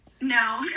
No